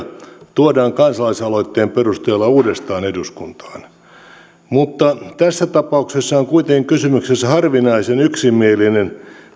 tuodaan kansalaisaloitteen perusteella uudestaan eduskuntaan mutta tässä tapauksessa on kuitenkin kysymyksessä harvinaisen yksimielinen